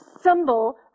symbol